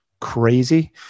crazy